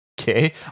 okay